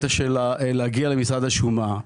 הקטע של להגיע למשרד השומה,